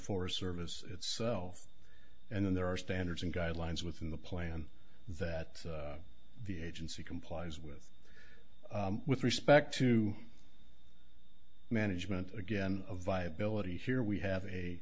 forest service itself and then there are standards and guidelines within the plan that the agency complies with with respect to management again viability here we have a